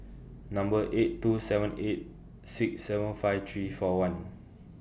Number eight two seven eight six seven five three four one